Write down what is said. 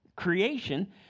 Creation